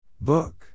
Book